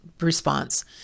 response